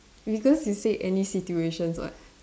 because you said any situation [what]